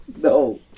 No